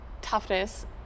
toughness